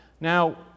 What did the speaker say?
Now